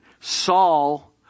Saul